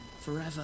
forever